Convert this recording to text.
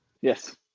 Yes